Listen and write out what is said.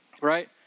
Right